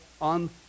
on